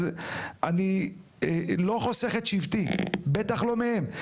אז אני לא חוסך את שבטי, בטח לא מהם.